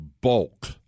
bulk